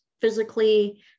physically